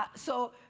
ah so